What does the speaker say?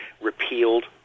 repealed